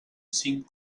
cinc